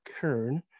Kern